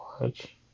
watch